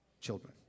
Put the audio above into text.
children